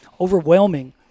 overwhelming